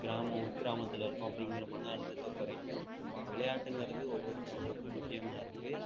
கிராமம் உட்கிராமத்தில் இருக்கோம் அப்படிங்கிற மன அழுத்தத்த குறைக்கும் விளையாட்டுங்கிறது ஒவ்வொருத்தங்களுக்கு முக்கியமாக இருக்குது